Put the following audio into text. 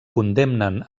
condemnen